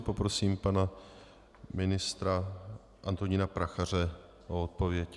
Poprosím pana ministra Antonína Prachaře o odpověď.